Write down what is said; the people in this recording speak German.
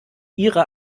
ihre